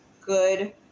Good